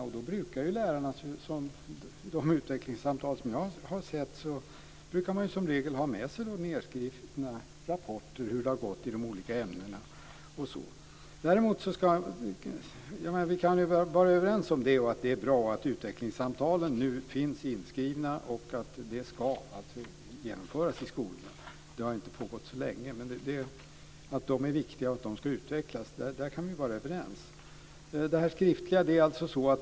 Och då brukar ju lärarna i de utvecklingssamtal som jag har varit med om som regel ha med sig nedskrivna rapporter om hur det har gått i de olika ämnena. Vi kan vara överens om att det är bra att utvecklingssamtalen nu finns inskrivna och att de ska genomföras i skolorna. Det har inte pågått så länge. Men att de är viktiga och ska utvecklas kan vi vara överens om.